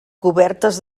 cobertes